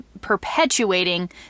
perpetuating